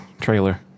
trailer